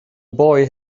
boy